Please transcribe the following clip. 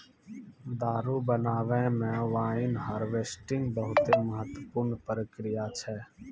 दारु बनाबै मे वाइन हार्वेस्टिंग बहुते महत्वपूर्ण प्रक्रिया छै